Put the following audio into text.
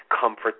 comfort